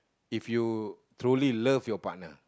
if you truly love your partner